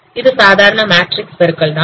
இது சாதாரண மேட்ரிக்ஸ் பெருக்கல் தான்